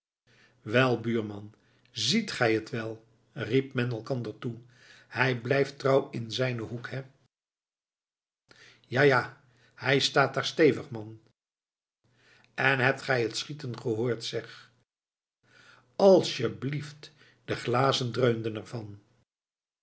wel buurman ziet gij het wel riep men elkander toe hij blijft trouw in zijnen hoek hé ja ja hij staat daar stevig man en hebt gij het schieten gehoord zeg alsjeblief de glazen dreunden ervan den